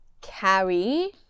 carry